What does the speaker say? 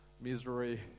misery